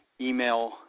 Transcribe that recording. email